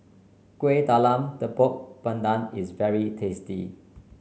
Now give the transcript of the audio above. Kuih Talam Tepong Pandan is very tasty